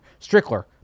Strickler